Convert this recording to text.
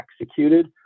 executed